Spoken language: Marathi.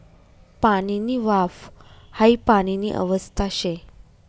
पाणीनी वाफ हाई पाणीनी अवस्था शे